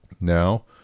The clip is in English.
Now